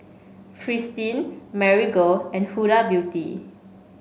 Fristine Marigold and Huda Beauty